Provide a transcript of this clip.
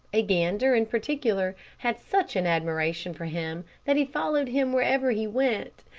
a gander, in particular, had such an admiration for him that he followed him wherever he went,